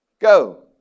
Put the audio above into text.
go